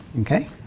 Okay